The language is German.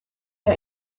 der